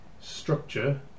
structure